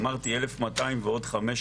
אמרתי 1,200 ועוד 500